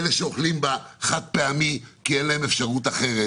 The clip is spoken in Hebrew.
אלה שאוכלים בחד פעמי כי אין להם אפשרות אחרת,